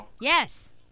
Yes